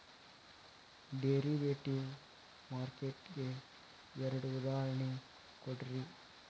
derivative market ಗೆ ಎರಡ್ ಉದಾಹರ್ಣಿ ಕೊಡ್ರಿ